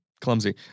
clumsy